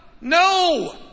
No